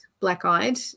black-eyed